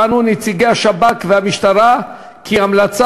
טענו נציגי השב"כ והמשטרה כי המלצה